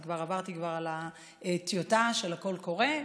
אני כבר עברתי על הטיוטה של הקול קורא,